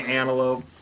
antelope